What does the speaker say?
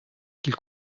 qu’il